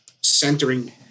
centering